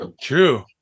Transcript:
True